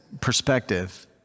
perspective